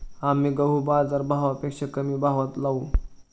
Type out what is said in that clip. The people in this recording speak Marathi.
आम्ही गहू बाजारभावापेक्षा कमी भावात लावू